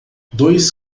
dois